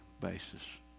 basis